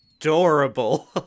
adorable